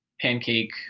pancake